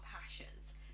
passions